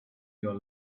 your